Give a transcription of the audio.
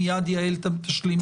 מייד יעל תשלים.